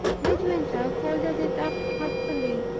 midwinter folded it up thoughtfully,